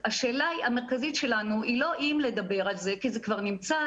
השאלה המרכזית שלנו היא לא אם לדבר על זה כי זה כבר נמצא,